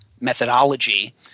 methodology